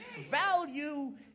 value